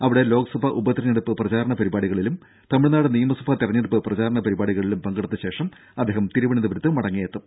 അവിടെ ലോക്സഭാ ഉപതെരഞ്ഞെടുപ്പ് പ്രചാരണ പരിപാടികളിലും തമിഴ്നാട് നിയമസഭാ തെരഞ്ഞെടുപ്പ് പരിപാടികളിലും പങ്കെടുത്ത ശേഷം അദ്ദേഹം പ്രചാരണ തിരുവനന്തപുരത്ത് മടങ്ങിയെത്തും